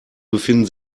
befinden